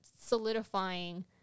solidifying